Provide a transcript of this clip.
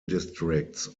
districts